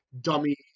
dummy